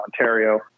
Ontario